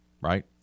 Right